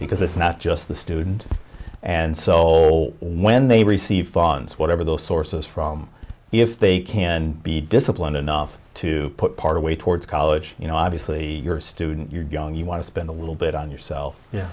because it's not just the student and sole when they receive funds whatever those sources from if they can be disciplined enough to put part away towards college you know obviously you're a student you're young you want to spend a little bit on yourself y